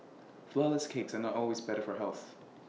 Flourless Cakes are not always better for health